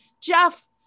jeff